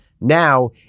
Now